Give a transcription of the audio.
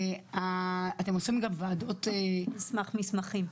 אתם עושים גם ועדות דרך הזום?